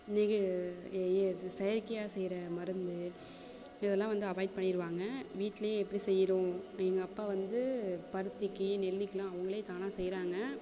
செயற்கையாக செய்கிற மருந்து இதெல்லாம் வந்து அவாய்ட் பண்ணிடுவாங்க வீட்லேயே எப்படி செய்கிறோம் எங்கள் அப்பா வந்து பருத்திக்கு நெல்லுக்கெல்லாம் அவங்களே தானாக செய்கிறாங்க